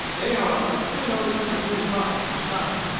they however soon overtook the wounded buck, and shot him.